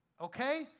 Okay